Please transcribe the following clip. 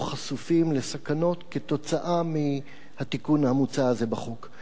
חשופים לסכנות כתוצאה מהתיקון המוצע הזה בחוק.